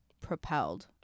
propelled